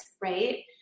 right